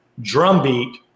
drumbeat